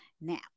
Now